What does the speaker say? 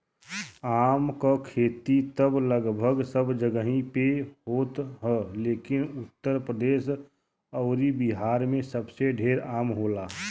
आम क खेती त लगभग सब जगही पे होत ह लेकिन उत्तर प्रदेश अउरी बिहार में सबसे ढेर आम होला